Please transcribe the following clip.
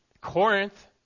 Corinth